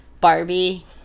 Barbie